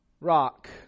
rock